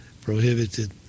prohibited